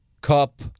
Cup